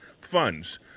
funds